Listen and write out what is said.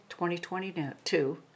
2022